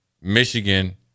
Michigan